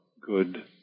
good